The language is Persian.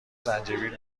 زنجبیل